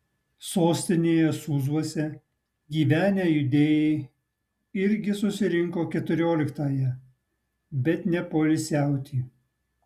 sostinėje sūzuose gyvenę judėjai irgi susirinko keturioliktąją bet ne poilsiauti